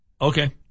Okay